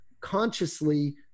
consciously